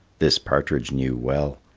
this partridge knew well.